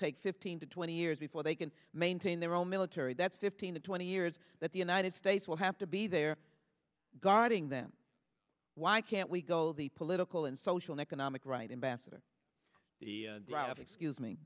take fifteen to twenty years before they can maintain their own military that's fifteen to twenty years that the united states will have to be there guarding them why can't we go the political and social economic right ambassador the doctor excuse